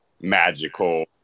magical